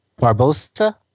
Barbosa